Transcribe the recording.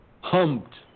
Humped